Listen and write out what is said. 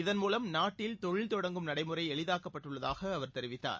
இதன் மூலம் நாட்டில் தொழில் தொடங்கும் நடைமுறை எளிதாக்கப்பட்டுள்ளதாக அவர் தெரிவித்தார்